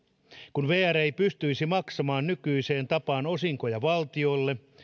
kun vr ei pystyisi maksamaan nykyiseen tapaan osinkoja valtiolle